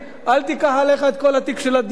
אל תיקח עליך את כל התיק של הדיור,